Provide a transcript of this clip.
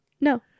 No